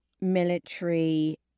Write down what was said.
military